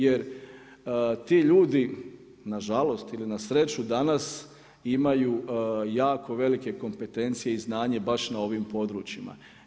Jer, ti ljudi nažalost, ili na sreću danas, imaju jako velike kompetencije i znanje baš na ovim područjima.